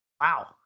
Wow